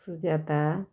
Sujata